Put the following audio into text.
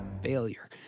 Failure